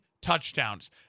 touchdowns